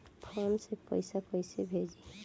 Phone से पैसा कैसे भेजी?